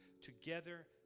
together